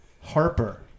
Harper